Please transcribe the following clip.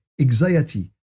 anxiety